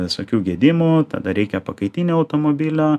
visokių gedimų tada reikia pakaitinio automobilio